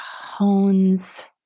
hones